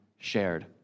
shared